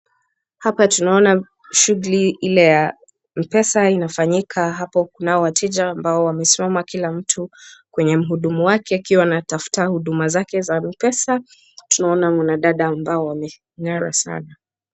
Hapa tunaona shughuli ile ya M-Pesa inafanyika hapa, kunao wateja ambao wamesimama kila mtu kwenye mhudumu wake akiwa anatafuta huduma zake za M-Pesa, tunaona wanadada ambao wameng'ara sana.